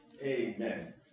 Amen